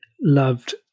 loved